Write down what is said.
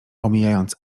omijając